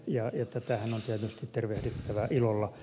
ja tätähän on tietysti tervehdittävä ilolla